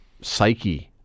psyche